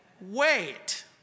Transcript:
wait